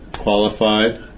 Qualified